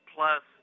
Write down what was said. Plus